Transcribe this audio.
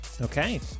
Okay